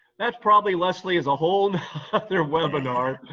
that probably, leslie, is a whole nother webinar.